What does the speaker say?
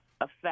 affect